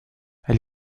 elle